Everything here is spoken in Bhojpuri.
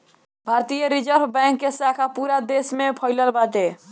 भारतीय रिजर्व बैंक के शाखा पूरा देस में फइलल बाटे